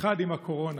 אחד עם הקורונה